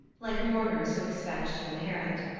like mourners who expect to inherit.